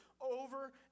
over